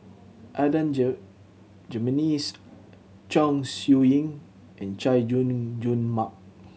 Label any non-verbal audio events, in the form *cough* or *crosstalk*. Adan *unintelligible* Jimenez Chong Siew Ying and Chay Jung Jun Mark